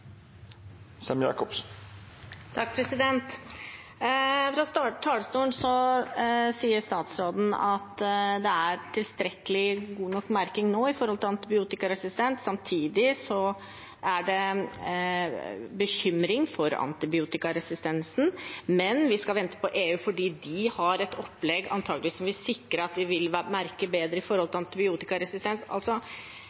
Fra talerstolen sier statsråden at det er tilstrekkelig god merking nå angående antibiotikaresistens, og samtidig er det en bekymring for antibiotikaresistensen – men at vi skal vente på EU, fordi de har et opplegg, antakeligvis, som vil sikre at vi vil merke bedre